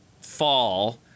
fall